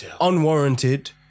Unwarranted